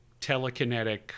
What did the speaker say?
Telekinetic